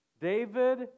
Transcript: David